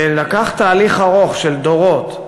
ולקח תהליך ארוך של דורות,